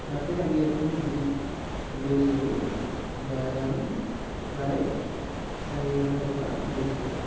তাতে আমি এখন জীপ লৈছিলোঁ যাৰ দাম প্ৰায় চাৰি হাজাৰ টকা লৈছিলে